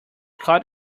caught